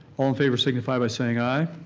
all in favor, signify by saying aye.